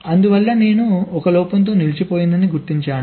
అందువల్ల నేను 1 లోపంతో నిలిచిపోయిందని గుర్తించాను